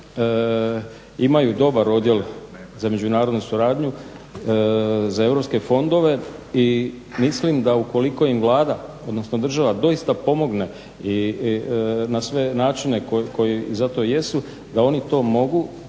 imaju dobar odjel za međunarodnu suradnju za europske fondove i mislim da ukoliko im Vlada, odnosno država doista pomogne na sve načine koji za to jesu, da oni to mogu,